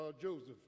Joseph